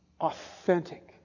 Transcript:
authentic